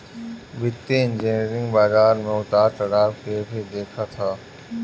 वित्तीय इंजनियरिंग बाजार में उतार चढ़ाव के भी देखत हअ